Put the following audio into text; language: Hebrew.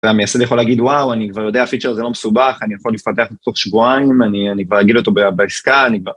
המייסד יכול להגיד וואו אני כבר יודע הפיצ'ר זה לא מסובך, אני יכול לפתח בתוך שבועיים, אני כבר אגיד אותו בעסקה, אני כבר...